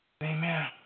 Amen